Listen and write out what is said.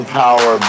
power